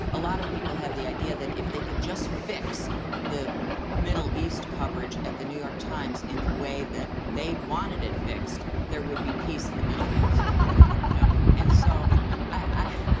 a lot of people have the idea that if they could just fix the middle east coverage at the new york times in the way that they wanted it fixed, there would be peace in the middle but east. ah and so i.